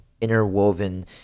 interwoven